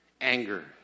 anger